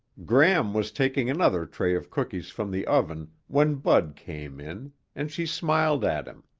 gram was taking another tray of cookies from the oven when bud came in and she smiled at him.